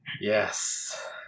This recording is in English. Yes